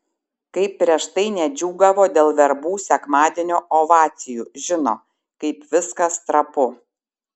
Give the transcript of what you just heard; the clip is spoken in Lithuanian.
kaip prieš tai nedžiūgavo dėl verbų sekmadienio ovacijų žino kaip viskas trapu